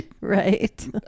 right